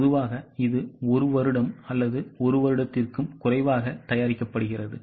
பொதுவாக இது ஒரு வருடம் அல்லது ஒரு வருடத்திற்கும் குறைவாக தயாரிக்கப்படுகிறது